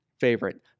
favorite